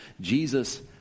Jesus